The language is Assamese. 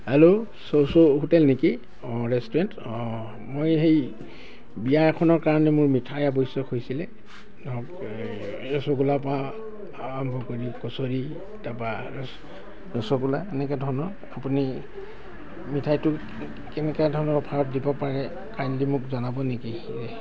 হেল্ল' চ'চ' হোটেল নেকি অ' ৰেষ্টুৰেণ্ট অ' মই সেই বিয়া এখনৰ কাৰণে মোৰ মিঠাই আৱশ্যক হৈছিলে ৰসগোলা পৰা আৰম্ভ কৰি কছৰী তাৰপৰা ৰসগোলা এনেকুৱা ধৰণৰ আপুনি মিঠাইটো কেনেকৈ ধৰণৰ অফাৰত দিব পাৰে কাইণ্ডলি মোক জনাব নেকি